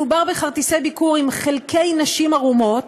מדובר בכרטיסי ביקור עם חלקי נשים ערומות,